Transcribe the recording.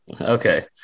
okay